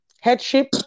Headship